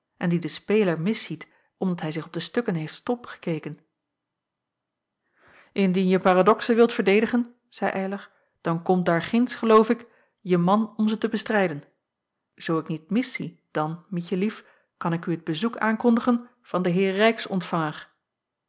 en dien de speler misziet omdat hij zich op de stukken heeft stomp gekeken indien je paradoxen wilt verdedigen zei eylar dan komt daarginds geloof ik je man om ze te bestrijden zoo ik niet miszie dan mietje lief kan ik u het bezoek aankondigen van den heer